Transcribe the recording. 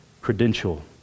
credential